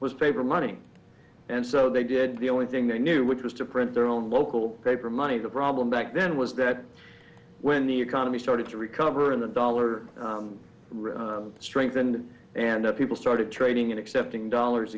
was paper money and so they did the only thing they knew which was to print their own local paper money the problem back then was that when the economy started to recover and the dollar strengthened and up people started trading in accepting dollars